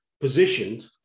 positioned